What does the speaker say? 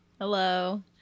Hello